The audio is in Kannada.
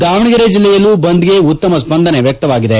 ದಾವಣಗೆರೆ ಜಿಲ್ಲೆಯಲ್ಲೂ ಬಂದ್ಗೆ ಉತ್ತಮ ಸ್ವಂದನೆ ವ್ಯಕ್ತವಾಗಿದೆ